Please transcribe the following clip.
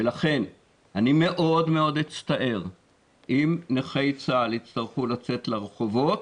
ולכן אני מאוד אצטער אם נכי צה"ל יצטרכו לצאת לרחובות.